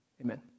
Amen